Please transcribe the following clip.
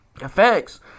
effects